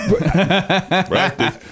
Right